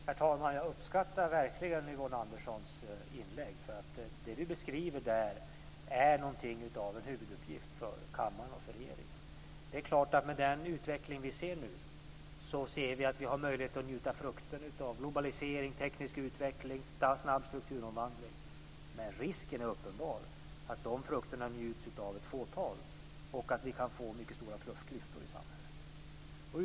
Herr talman! Jag uppskattar verkligen Yvonne Anderssons inlägg. Det hon där beskriver är i dag något är en huvuduppgift för kammaren och regeringen. Med den utveckling vi ser nu ser vi att vi har möjlighet att njuta av frukterna av globalisering, teknisk utveckling och snabb strukturomvandling, men risken är uppenbar att de frukterna njuts av ett fåtal och att vi kan få mycket stora klyftor i samhället.